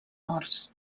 horts